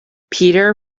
peter